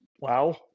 Wow